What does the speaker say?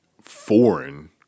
foreign